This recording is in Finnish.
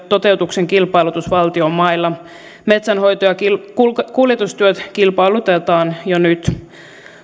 toteutuksen kilpailutus valtion mailla metsänhoito ja kuljetustyöt kilpailutetaan jo nyt